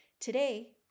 Today